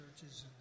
churches